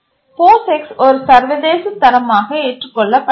POSIX ஒரு சர்வதேச தரமாக ஏற்றுக்கொள்ளப்பட்டுள்ளது